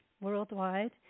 worldwide